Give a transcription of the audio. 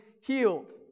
healed